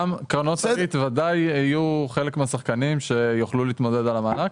גם קרנות הריט ודאי יהיו חלק מהשחקנים שיוכלו להתמודד על המענק.